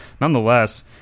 nonetheless